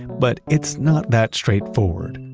but it's not that straight forward.